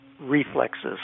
reflexes